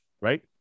Right